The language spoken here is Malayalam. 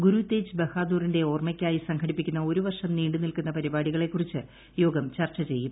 ഗുരുതേജ് ബഹാദൂറിന്റെ ഓർമ്മയ്ക്കായി സംഘടിപ്പിക്കുന്ന ഒരു വർഷം നീണ്ടുനിൽക്കുന്ന പരിപാടികളെക്കുറിച്ച് യോഗം ചർച്ച ചെയ്യും